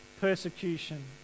persecution